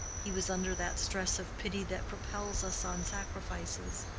he was under that stress of pity that propels us on sacrifices.